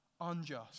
unjust